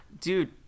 dude